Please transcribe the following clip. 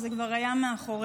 זה כבר היה מאחורינו.